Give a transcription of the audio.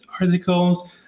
articles